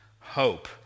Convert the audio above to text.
hope